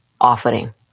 offering